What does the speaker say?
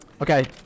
Okay